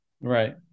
Right